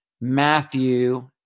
Matthew